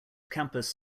campus